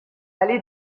aller